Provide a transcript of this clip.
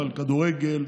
אבל כדורגל,